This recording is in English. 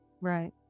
Right